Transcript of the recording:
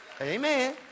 Amen